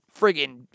friggin